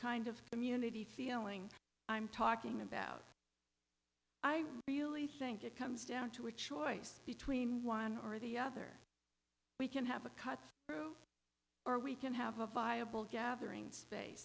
kind of community feeling i'm talking about i really think it comes down to a choice between one or the other we can have a cut through or we can have a viable gatherings